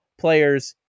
players